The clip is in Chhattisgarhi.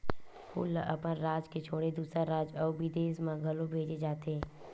फूल ल अपन राज के छोड़े दूसर राज अउ बिदेस म घलो भेजे जाथे